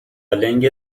لنگ